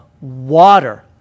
water